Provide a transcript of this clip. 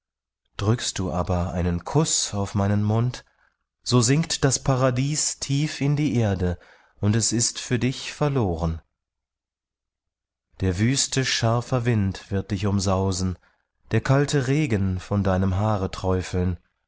drückst du aber einen kuß auf meinen mund so sinkt das paradies tief in die erde und es ist für dich verloren der wüste scharfer wind wird dich umsausen der kalte regen von deinem haare träufeln